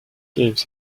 gave